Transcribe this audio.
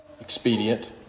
expedient